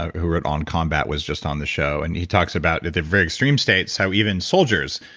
who wrote on combat was just on the show, and he talks about at the very extreme states, how even soldiers,